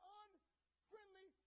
unfriendly